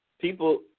people